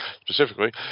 specifically